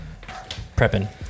Prepping